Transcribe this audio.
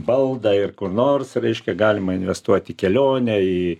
baldą ir kur nors reiškia galima investuoti kelionę į